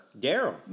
Daryl